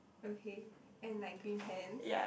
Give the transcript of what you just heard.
okay and like green pants